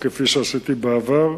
כפי שעשיתי בעבר.